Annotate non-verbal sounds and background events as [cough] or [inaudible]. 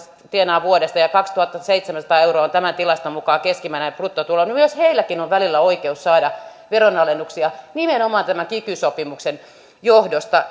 viisikymmentätuhatta tienaa vuodessa ja kaksituhattaseitsemänsataa euroa on tämän tilaston mukaan keskimääräinen bruttotulo on välillä oikeus saada veronalennuksia nimenomaan tämän kiky sopimuksen johdosta [unintelligible]